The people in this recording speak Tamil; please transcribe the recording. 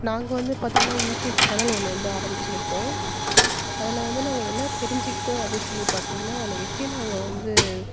நாங்கள் வந்து பார்த்தீங்கன்னா யூடியூப் சேனல் ஒன்று வந்து ஆரம்மிச்சிருக்கோம் அதில் வந்து நாங்கள் என்ன தெரிஞ்சுக்கிட்டோம் அப்படின் சொல்லி பார்த்தீங்கன்னா அதில் எப்போயும் நாங்கள் வந்து